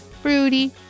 fruity